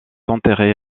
enterré